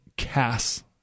Cass